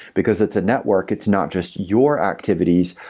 because it's a network, it's not just your activities,